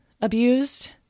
abused